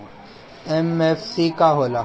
MFC का होला?